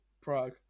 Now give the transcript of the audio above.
Prague